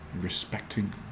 respecting